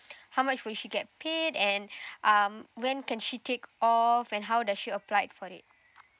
how much would she get paid and um when can she take all and how does she applied for it